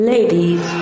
Ladies